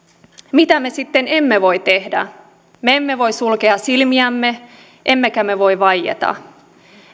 mitä me sitten emme voi tehdä me emme voi sulkea silmiämme emmekä me voi vaieta